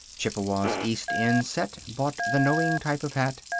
chippewa's east end set bought the knowing type of hat,